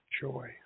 joy